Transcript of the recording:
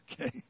okay